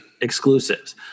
Exclusives